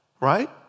right